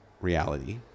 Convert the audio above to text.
reality